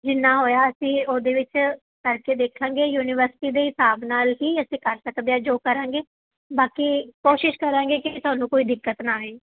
ਜਿੰਨਾ ਹੋਇਆ ਅਸੀਂ ਉਹਦੇ ਵਿੱਚ ਕਰਕੇ ਦੇਖਾਂਗੇ ਯੂਨੀਵਰਸਿਟੀ ਦੇ ਹਿਸਾਬ ਨਾਲ ਹੀ ਅਸੀਂ ਕਰ ਸਕਦੇ ਹਾਂ ਜੋ ਕਰਾਂਗੇ ਬਾਕੀ ਕੋਸ਼ਿਸ਼ ਕਰਾਂਗੇ ਕਿ ਤੁਹਾਨੂੰ ਕੋਈ ਦਿੱਕਤ ਨਾ ਆਏ